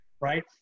right